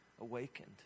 awakened